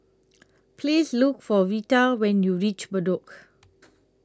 Please Look For Veta when YOU REACH Bedok